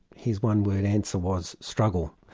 his one-word answer was struggle.